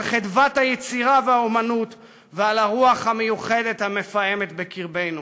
על חדוות היצירה והאמנות ועל הרוח המיוחדת המפעמת בקרבנו.